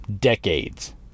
decades